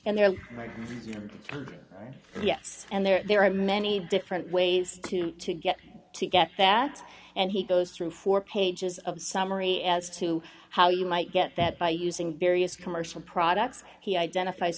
and they're right yes and there are many different ways to get to get that and he goes through four pages of summary as to how you might get that by using various commercial products he identifies